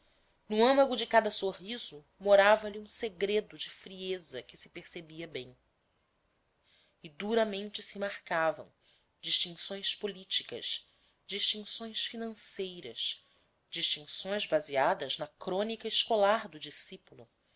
no âmago de cada sorriso morava lhe um segredo de frieza que se percebia bem e duramente se marcavam distinções políticas distinções financeiras distinções baseadas na crônica escolar do discípulo